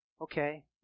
okay